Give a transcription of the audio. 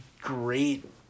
great